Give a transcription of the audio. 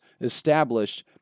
established